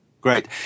Great